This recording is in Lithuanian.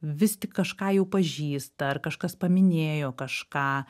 vis tik kažką jau pažįsta ar kažkas paminėjo kažką